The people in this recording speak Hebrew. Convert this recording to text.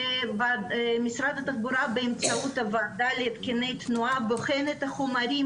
משרד התחבורה באמצעות הוועדה להתקני תנועה בוחן את החומרים